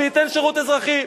למה הבן שלי, שייתן שירות אזרחי.